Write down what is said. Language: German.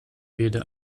weder